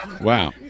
Wow